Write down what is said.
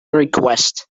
request